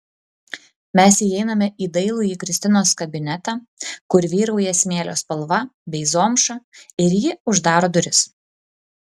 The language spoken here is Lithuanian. mes įeiname į dailųjį kristinos kabinetą kur vyrauja smėlio spalva bei zomša ir ji uždaro duris